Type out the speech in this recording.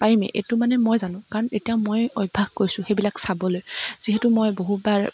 পাৰিমেই এইটো মানে মই জানো কাৰণ এতিয়া মই অভ্যাস কৰিছোঁ সেইবিলাক চাবলৈ যিহেতু মই বহুবাৰ